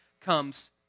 comes